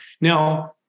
now